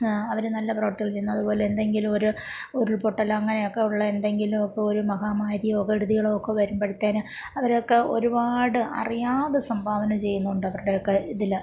ആ അവർ നല്ല പ്രവർത്തികൾ ചെയ്യുന്നു അതുപോലെന്തെങ്കിലും ഒരു ഉരുൾപൊട്ടലോ അങ്ങനെയൊക്കെ ഉള്ളതെന്തെങ്കിലും ഒക്കെ ഒരു മഹാമാരിയോ കെടുതികളോ ഒക്കെ വരുമ്പോഴത്തേന് അവരൊക്കെ ഒരുപാട് അറിയാതെ സംഭാവന ചെയ്യുന്നുണ്ടവരുടെയൊക്കെ ഇതിൽ